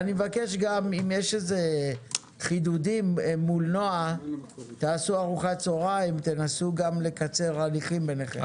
12:28.